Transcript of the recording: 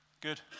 Good